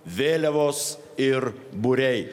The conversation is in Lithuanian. vėliavos ir būriai